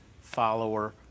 follower